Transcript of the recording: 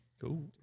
Cool